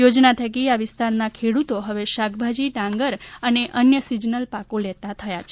યોજના થકી આ વિસ્તારના ખેડૂતો હવે શાકભાજી ડાંગર અને અન્ય સીઝનલ પાકો લેતા થયા છે